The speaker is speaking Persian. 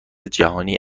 جهانی